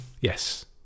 Yes